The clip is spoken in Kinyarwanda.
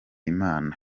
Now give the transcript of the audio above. imana